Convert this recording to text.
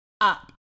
up